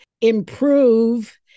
improve